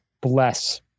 bless